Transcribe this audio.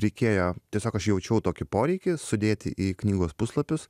reikėjo tiesiog aš jaučiau tokį poreikį sudėti į knygos puslapius